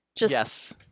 Yes